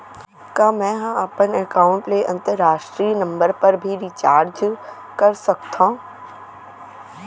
का मै ह अपन एकाउंट ले अंतरराष्ट्रीय नंबर पर भी रिचार्ज कर सकथो